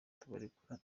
turabarekura